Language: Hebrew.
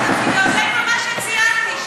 כל מה שציינתי,